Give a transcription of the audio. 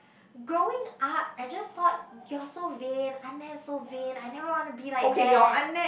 growing up I just thought you are so vain is so vain I never want to be like that